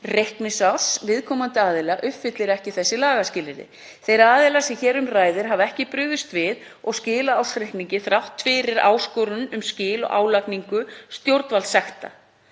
reikningsárs viðkomandi aðila uppfyllir ekki þessi lagaskilyrði. Þeir aðilar sem hér um ræðir hafa ekki brugðist við og skilað ársreikningi þrátt fyrir áskorun um skil og álagningu stjórnvaldssekta.